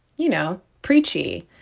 you know, preachy.